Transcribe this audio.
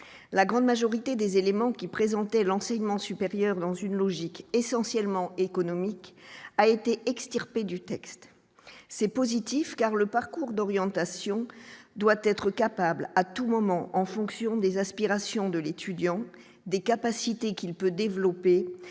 la grande majorité des éléments qui présentait l'enseignement supérieur dans une logique essentiellement économique a été extirpé du texte c'est positif car le parcours d'orientation doit être capable à tout moment en fonction des aspirations de l'étudiant des capacités qu'il peut développer